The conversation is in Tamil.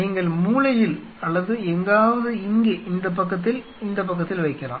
நீங்கள் மூலையில் அல்லது எங்காவது இங்கே இந்த பக்கத்தில் இந்த பக்கத்தில் வைக்கலாம்